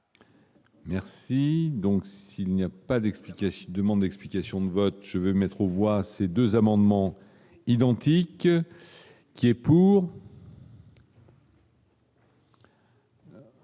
Merci donc, s'il n'y a pas d'explication demande d'explications de vote, je vais mettre aux voit ces 2 amendements identiques qui est pour.